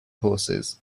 horses